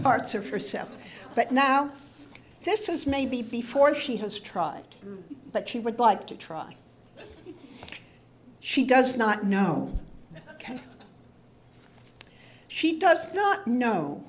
parts of herself but now this is maybe before she has tried but she would like to try she does not know can she does not know